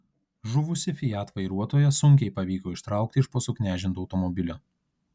žuvusį fiat vairuotoją sunkiai pavyko ištraukti iš po suknežinto automobilio